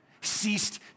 ceased